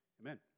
amen